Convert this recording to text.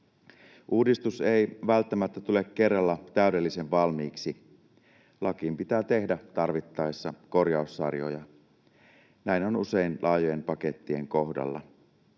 Uudistus ei välttämättä tule kerralla täydellisen valmiiksi. Lakiin pitää tehdä tarvittaessa korjaussarjoja. Näin on usein laajojen pakettien kohdalla.